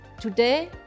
Today